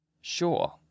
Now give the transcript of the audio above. Sure